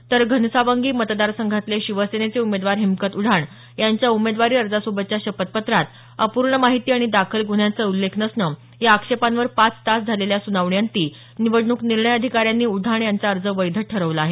तर घनसावंगी मतदार संघातले शिवसेनेचे उमेदवार हिकमत उढाण यांच्या उमेदवारी अर्जासोबच्या शपथपत्रात अपूर्ण माहिती आणि दाखल गुन्ह्यांचा उछ्छेख नसणं या आक्षेपांवर पाच तास झालेल्या सुनावणीअंती निवडणूक निर्णय अधिकाऱ्यांनी उढाण यांचा अर्ज वैध ठरवला आहे